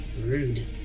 Rude